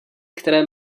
které